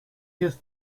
his